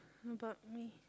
how about me